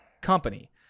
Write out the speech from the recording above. company